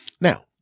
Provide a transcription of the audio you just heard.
Now